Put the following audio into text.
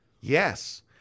Yes